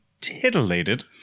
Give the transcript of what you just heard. titillated